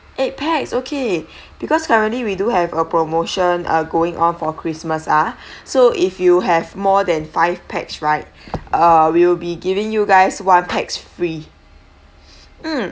eight pax okay because currently we do have a promotion ah going on for christmas ah so if you have more than five pax right uh we will be giving you guys one tax free mm